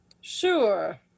Sure